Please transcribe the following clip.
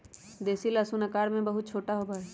देसी लहसुन आकार में बहुत छोटा होबा हई